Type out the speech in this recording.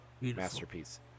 masterpiece